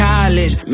College